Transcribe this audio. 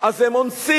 אז הם אונסים,